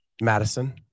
Madison